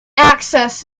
access